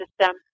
system